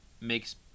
makes